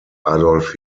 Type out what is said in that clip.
adolf